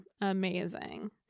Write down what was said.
amazing